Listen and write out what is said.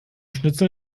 schnitzel